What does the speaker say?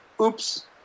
oops